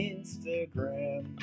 Instagram